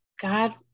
God